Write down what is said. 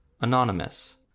Anonymous